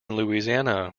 louisiana